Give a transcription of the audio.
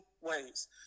ways